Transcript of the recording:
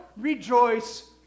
rejoice